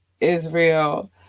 Israel